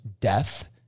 death